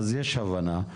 יש הבנה.